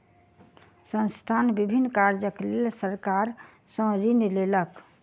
संस्थान विभिन्न कार्यक लेल सरकार सॅ ऋण लेलक